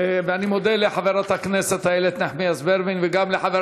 מודה לחברת הכנסת איילת נחמיאס ורבין וגם לחבר